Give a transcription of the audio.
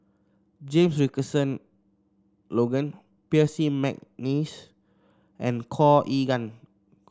James Richardson Logan Percy McNeice and Khor Ean Ghee